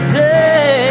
day